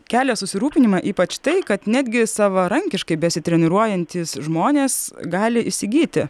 kelia susirūpinimą ypač tai kad netgi savarankiškai besitreniruojantys žmonės gali įsigyti